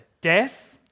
Death